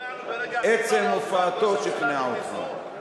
עצם הופעתו שכנעה אותך.